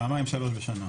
פעמיים שלוש בשנה.